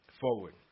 forward